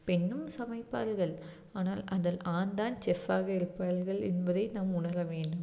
பெண்ணும் சமைப்பார்கள் ஆனால் அதில் ஆண் தான் செஃப்பாக இருப்பார்கள் என்பதை நாம் உணர வேண்டும்